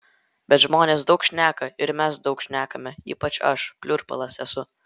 bet žmonės daug šneka ir mes daug šnekame ypač aš pliurpalas esu